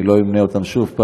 אני לא אמנה אותם שוב,